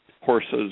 horses